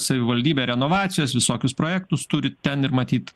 savivaldybė renovacijos visokius projektus turi ten ir matyt